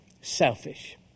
Selfish